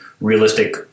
realistic